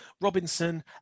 Robinson